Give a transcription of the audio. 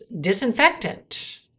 disinfectant